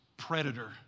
predator